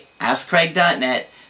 AskCraig.net